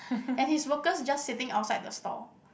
and his workers just sitting outside the stall